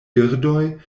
birdoj